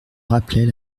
rappelait